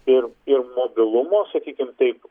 ir ir mobilumo sakykim taip